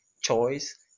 choice